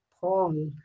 Paul